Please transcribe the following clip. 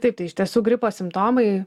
taip tai iš tiesų gripo simptomai